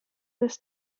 this